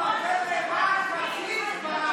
(קוראת בשם חברת